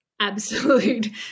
absolute